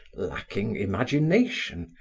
lacking imagination,